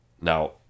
Now